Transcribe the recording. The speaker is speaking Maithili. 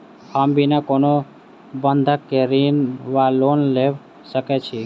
हम बिना कोनो बंधक केँ ऋण वा लोन लऽ सकै छी?